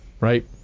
right